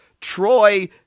Troy